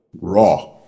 raw